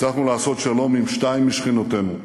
הצלחנו לעשות שלום עם שתיים משכנותינו: